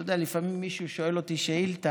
אתה יודע, לפעמים מישהו שואל אותי שאילתה,